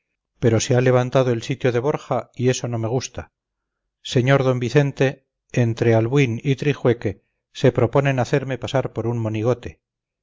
pero se ha levantado el sitio de borja y eso no me gusta sr d vicente entre albuín y trijueque se proponen hacerme pasar por un monigote